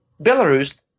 belarus